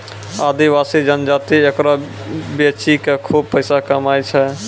आदिवासी जनजाति एकरा बेची कॅ खूब पैसा कमाय छै